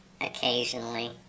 occasionally